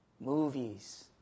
movies